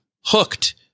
Hooked